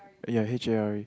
ya H A R E